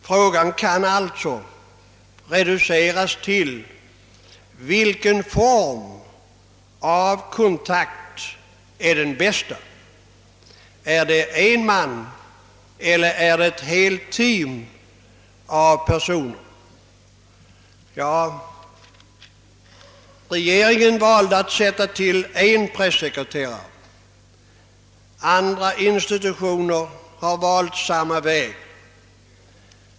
Frågan kan alltså reduceras till detta: Vilken form av kontakt är den bästa — en person eller ett helt team av personer? Regeringen valde att tillsätta en presssekreterare och andra institutioner har valt samma väg.